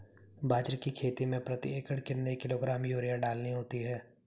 बाजरे की खेती में प्रति एकड़ कितने किलोग्राम यूरिया डालनी होती है?